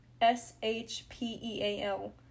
S-H-P-E-A-L